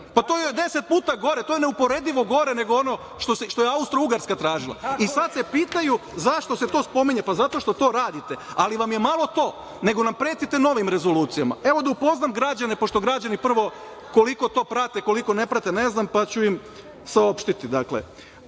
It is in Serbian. Pa, to je deset puta gore, to je neuporedivo gore nego ono što je Austrougarska tražila. Sad se pitaju zašto se to spominje? Pa, zato što to radite, ali vam je malo to, nego nam pretite novim rezolucijama. Evo, da upoznam građane, pošto građani koliko to prate, koliko ne prate, ne znam, pa ću im saopštiti. Prvo,